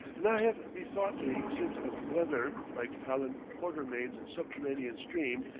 and i have bethought me since of whether, like allan quatermain's subterranean stream,